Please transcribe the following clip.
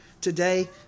today